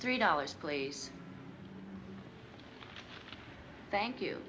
three dollars please thank you